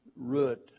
root